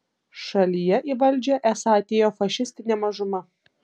šalyje į valdžią esą atėjo fašistinė mažuma